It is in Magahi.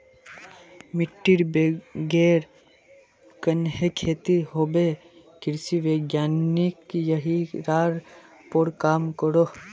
मिटटीर बगैर कन्हे खेती होबे कृषि वैज्ञानिक यहिरार पोर काम करोह